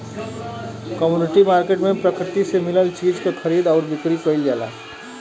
commodity market में प्रकृति से मिलल चीज क खरीद आउर बिक्री कइल जाला